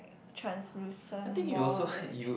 translucent wall leh